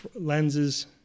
lenses